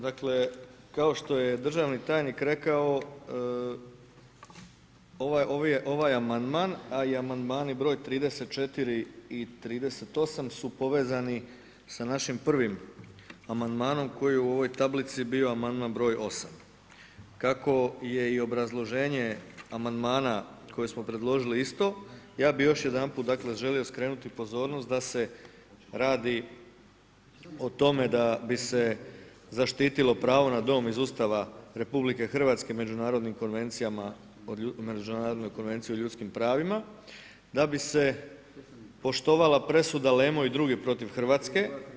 Dakle, kao što je državni tajnik rekao ovaj amandman i amandmani br. 34. i 38. su povezani sa našim prvim amandmanom koji je u ovoj tablici bio amandman br. 8. Kako je i obrazloženje amandmana koje smo predložili isto, ja bih još jedanput dakle želi skrenuti pozornost dakle da se radi o tome da bi se zaštitilo pravo na dom iz Ustava RH, iz Međunarodne konvencije o ljudskim pravima, da bi se poštovala presuda Lemo i drugi protiv Hrvatske.